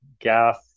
gas